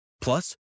Plus